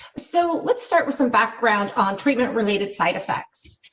so let's start with some background on treatment related side effects.